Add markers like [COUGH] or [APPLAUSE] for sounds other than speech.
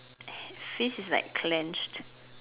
[BREATH] fist is like clenched